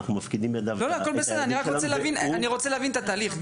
אנחנו מפקידים את דבריו --- אני רק רוצה להבין את התהליך גל,